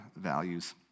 values